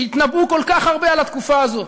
שהתנבאו כל כך הרבה על התקופה הזו.